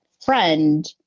friend